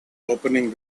opening